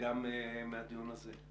וגם מהדיון הזה,